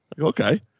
okay